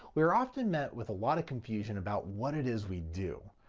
we are often met with a lot of confusion about what it is we do.